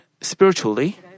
spiritually